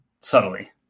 subtly